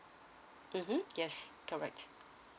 mmhmm yes correct